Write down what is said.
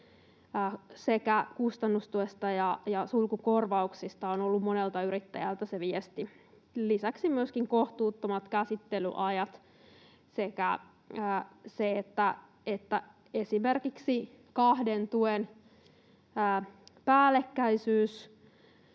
sekä kustannustuesta että sulkukorvauksista on ollut monelta yrittäjältä se viesti, lisäksi myöskin kohtuuttomat käsittelyajat sekä se, että esimerkiksi kahden tuen päällekkäisyys